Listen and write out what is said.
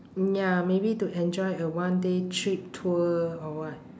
mm ya maybe to enjoy a one day trip tour or what